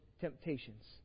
temptations